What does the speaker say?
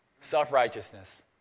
Self-righteousness